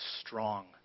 strong